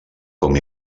com